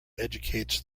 educates